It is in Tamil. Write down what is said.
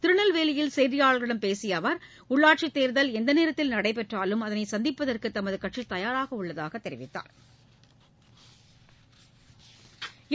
திருநெல்வேலியில் செய்தியாளர்களிடம் பேசிய அவர் உள்ளாட்சி தேர்தல் எந்த நேரத்தில் நடைபெற்றாலும் அதனை சந்திப்பதற்கு தமது கட்சி தயாராக உள்ளதாகத் தெரிவித்தாா்